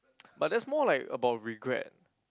but that's more like about regret